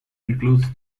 includes